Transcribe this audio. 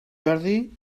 jordi